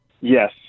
yes